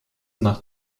nach